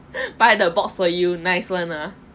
buy the boxer you nice one ah